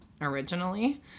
originally